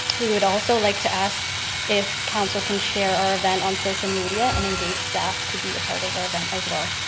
we would also like to ask if council can share our event on social media and engage staff to be a part of our event as well.